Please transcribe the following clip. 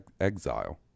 exile